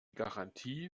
garantie